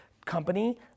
company